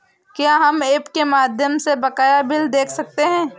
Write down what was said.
क्या हम ऐप के माध्यम से बकाया बिल देख सकते हैं?